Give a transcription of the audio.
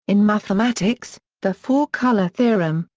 in mathematics, the four color theorem,